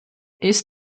ist